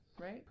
right